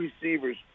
receivers